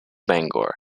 bangor